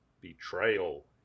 Betrayal